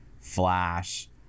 flash